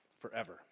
forever